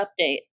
Update